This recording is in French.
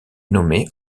nommé